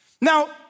Now